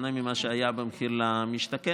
בשונה ממה שהיה במחיר למשתכן,